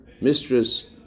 mistress